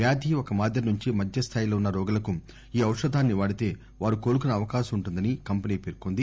వ్యాధి ఒక మాదిరి నుంచి మధ్యస్థాయిలో ఉన్న రోగులకు ఈ ఔషధాన్ని వాడితే వారు కోలుకునే అవకాశం ఉంటుందని కంపెనీ పేర్కొంది